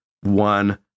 one